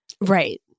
right